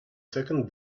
second